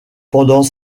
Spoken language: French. pendant